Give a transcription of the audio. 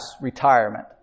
retirement